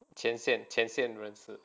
前线前线人士